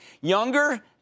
younger